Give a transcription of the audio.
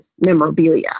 memorabilia